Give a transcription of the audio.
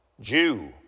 Jew